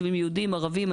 יישובים יהודיים, ערביים.